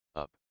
up